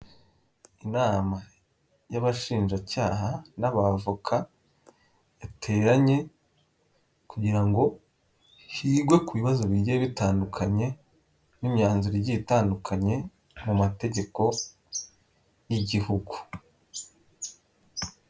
Inama y'abashinjacyaha n'abavoka yateranye, kugira ngo higwe ku bibazo bigiye bitandukanye n'imyanzuro igiye itandukanye mu mategeko y'ibihugu.